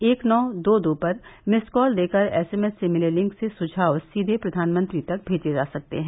एक नौ दो दो पर मिस्ड कॉल देकर एसएमएस से मिले लिंक से सुझाव सीधे प्रधानमंत्री तक भेजे जा सकते हैं